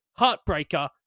Heartbreaker